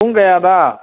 ꯄꯨꯡ ꯀꯌꯥꯗ